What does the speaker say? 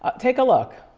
ah take a look.